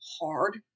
hard